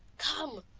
come.